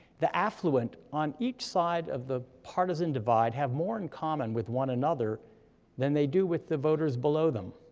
the affluent on each side of the partisan divide have more in common with one another than they do with the voters below them.